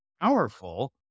powerful